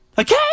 Okay